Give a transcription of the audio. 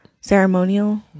ceremonial